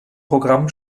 programm